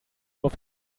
auf